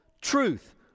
truth